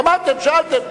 גמרתם, שאלתם.